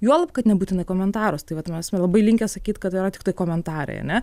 juolab kad nebūtinai komentaras tai vat mes labai linkę sakyt kad yra tiktai komentarai ane